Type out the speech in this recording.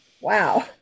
wow